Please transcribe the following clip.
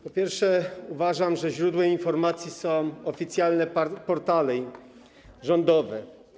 Po pierwsze, uważam, że źródłem informacji są oficjalne portale rządowe.